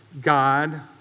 God